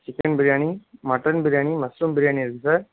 chicken biryani mutton biryani mushroom biryani இருக்குது sir